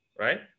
right